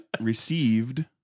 received